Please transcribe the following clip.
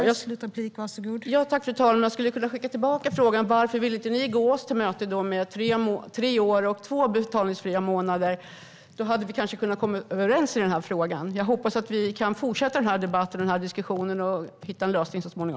Fru talman! Jag skulle kunna skicka tillbaka frågan: Varför vill ni då inte gå oss till mötes med tre år och två betalningsfria månader, Tuve Skånberg? Då hade vi kanske kunnat komma överens i den här frågan. Jag hoppas att vi kan fortsätta den här debatten och diskussionen och så småningom hitta en lösning.